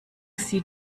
sie